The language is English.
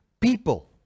people